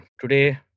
today